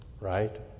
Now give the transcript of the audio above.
right